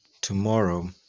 tomorrow